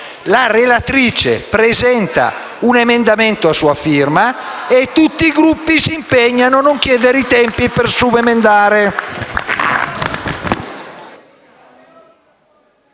la relatrice può presentare un emendamento a sua firma e tutti i Gruppi si impegnano a non chiedere tempi per subemendare.